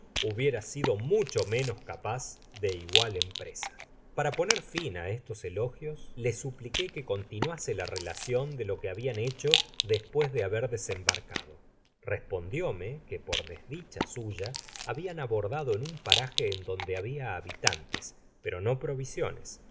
hubiera sido mucho menos capaz de igual empresa para poner fin á estos elogios le supliqué que continuase la relacion de lo que habian hecho despues de haber desembarcado respondióme que por desdicha suya habian abordado en un paraje en donde habia habitantes pero no provisiones